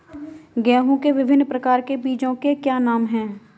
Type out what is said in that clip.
गेहूँ के विभिन्न प्रकार के बीजों के क्या नाम हैं?